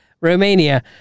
Romania